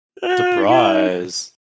Surprise